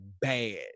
bad